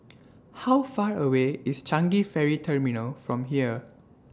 How Far away IS Changi Ferry Terminal from here